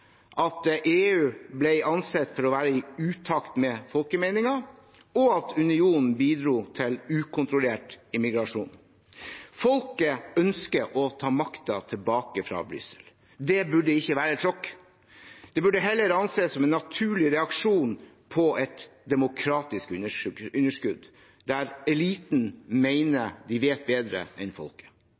at EU ble ansett for å være i utakt med folkemeningen, og at unionen bidro til ukontrollert immigrasjon. Folket ønsker å ta makten tilbake fra Brussel. Det burde ikke være et sjokk. Det burde heller anses som en naturlig reaksjon på et demokratisk underskudd – der eliten mener at de vet bedre enn folket.